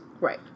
Right